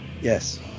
Yes